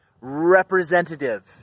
representative